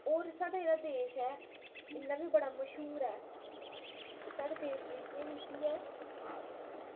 होर साढ़ा जेह्ड़ा देश ऐ इ'यां बी बड़ा मश्हूर ऐ साढ़े देश दी केह् नीति ऐ